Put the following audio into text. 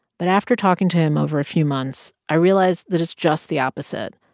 but after talking to him over a few months, i realized that it's just the opposite.